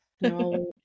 No